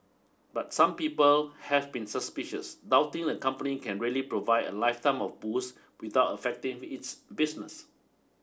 but some people have been suspicious doubting the company can really provide a lifetime of booze without affecting its business